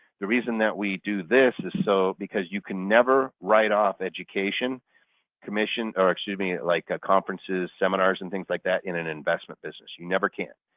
the reason that we do this is so because you can never write off education commission or excuse me like conferences, seminars and things like that in an investment business. you never can.